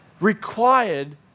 required